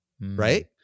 Right